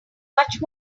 much